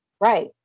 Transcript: Right